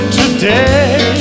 today